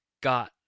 got